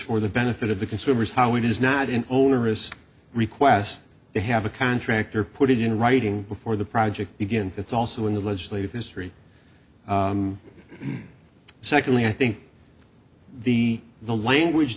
for the benefit of the consumers how it is not an onerous request to have a contractor put it in writing before the project begins that's also in the legislative history and secondly i think the the language